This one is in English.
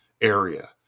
area